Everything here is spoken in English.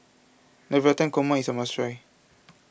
Navratan Korma is a must try